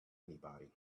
anybody